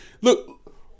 Look